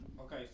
Okay